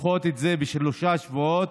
לדחות את זה בשלושה שבועות?